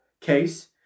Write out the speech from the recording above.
case